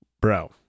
Bro